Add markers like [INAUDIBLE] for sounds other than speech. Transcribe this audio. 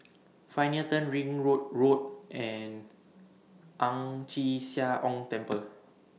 [NOISE] Pioneer Turn Ringwood Road and Ang Chee Sia Ong Temple